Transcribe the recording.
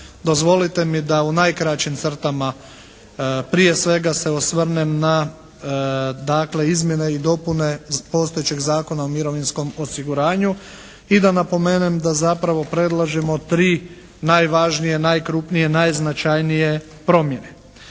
Dozvolite mi da u najkraćim crtama prije svega se osvrnem na dakle izmjene i dopune postojećeg Zakona o mirovinskom osiguranju i da napomenem da zapravo predlažemo tri najvažnije, najkrupnije, najznačajnije promjene.